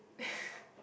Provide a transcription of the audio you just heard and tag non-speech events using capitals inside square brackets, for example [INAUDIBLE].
[LAUGHS]